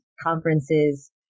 conferences